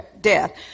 death